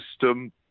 system